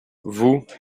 vous